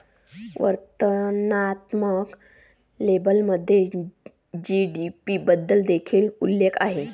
वर्णनात्मक लेबलमध्ये जी.डी.पी बद्दल देखील उल्लेख आहे